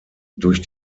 durch